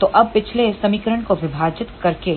तो अब पिछले समीकरण को विभाजित करके